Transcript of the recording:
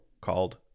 called